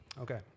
Okay